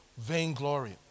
vainglory